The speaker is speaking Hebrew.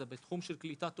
זה בתחום של קליטת אוכלוסייה,